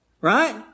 right